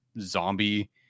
zombie